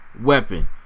weapon